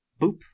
boop